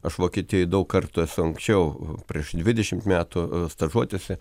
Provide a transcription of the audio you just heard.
aš vokietijoj daug kartų esu anksčiau prieš dvidešimt metų stažuotėse